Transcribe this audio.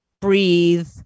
Breathe